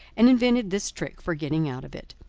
and invented this trick for getting out of it.